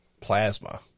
plasma